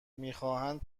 میخواهند